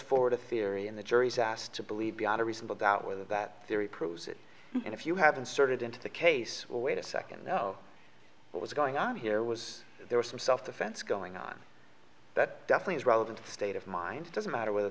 forward a theory in the jury's asked to believe beyond a reasonable doubt whether that theory proves it and if you have inserted into the case well wait a second know what was going on here was there was some self defense going on but definitely relevant state of mind doesn't matter whether